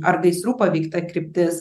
ar gaisrų paveikta kryptis